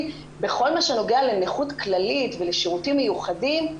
בכל מה שנוגע לנכות כללית ושירותים מיוחדים,